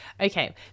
Okay